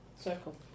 circle